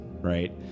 Right